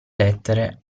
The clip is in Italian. lettere